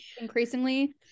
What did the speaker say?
increasingly